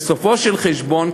בסופו של חשבון,